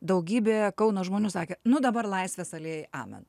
daugybė kauno žmonių sakė nu dabar laisvės alėjai amen